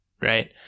Right